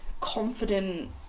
confident